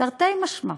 תרתי משמע,